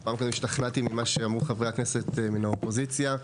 השתכנעתי ממה שאמרו חברי הכנסת מן האופוזיציה,